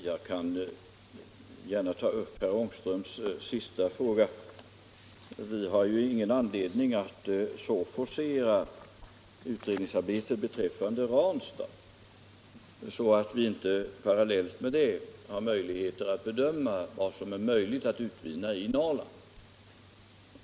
Herr talman! Jag vill gärna ta upp herr Ångströms sista fråga. Vi har ju ingen anledning att så forcera utredningsarbetet beträffande Ranstad att vi inte parallellt med det har möjligheter att bedöma vad som är möjligt att utvinna i Norrland.